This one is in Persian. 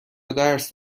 درس